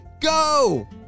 Go